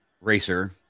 racer